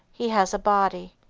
he has a body.